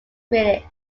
critics